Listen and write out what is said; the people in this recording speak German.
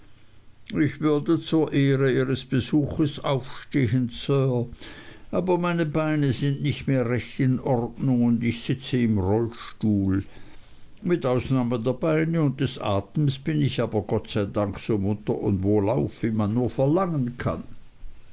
ich würde zur ehre ihres besuchs aufstehen sir aber meine beine sind nicht mehr recht in ordnung und ich sitze im rollstuhl mit ausnahme der beine und des atems bin ich aber gott sei dank so munter und wohlauf wie man nur verlangen kann